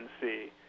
see